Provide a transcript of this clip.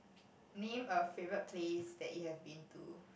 name a favourite place that you have been to